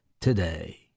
today